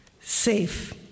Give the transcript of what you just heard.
safe